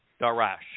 Darash